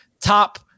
top